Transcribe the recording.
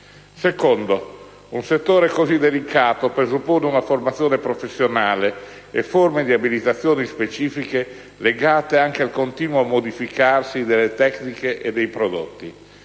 luogo, un settore così delicato presuppone una formazione professionale e forme di abilitazioni specifiche legate anche al continuo modificarsi delle tecniche e dei prodotti.